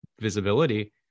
visibility